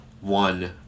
one